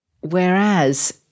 Whereas